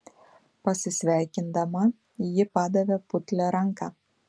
pasisveikindama ji padavė putlią ranką